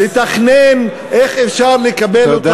דרך שאפשר לקבל, תודה רבה.